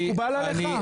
מקובל עליך?